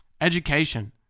Education